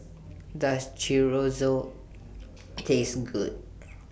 Does Chorizo Taste Good